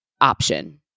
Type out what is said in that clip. option